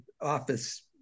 office